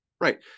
Right